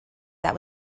that